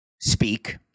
speak